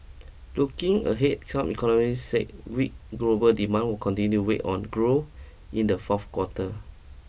looking ahead some economists said weak global demand will continue weigh on growth in the fourth quarter